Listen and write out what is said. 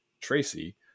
Tracy